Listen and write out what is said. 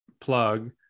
plug